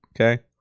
Okay